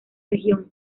región